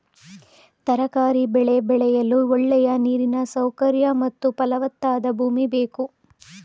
ತರಕಾರಿ ಬೆಳೆ ಬೆಳೆಯಲು ಒಳ್ಳೆಯ ನೀರಿನ ಸೌಕರ್ಯ ಮತ್ತು ಫಲವತ್ತಾದ ಭೂಮಿ ಬೇಕು